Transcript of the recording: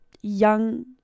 young